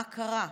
מה קרה?